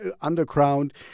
underground